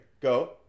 Go